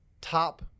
top